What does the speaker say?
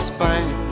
Spain